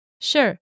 Sure